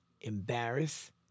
embarrass